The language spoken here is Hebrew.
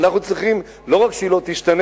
אנחנו צריכים לא רק שהיא לא תשתנה,